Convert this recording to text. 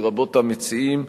לרבות המציעים,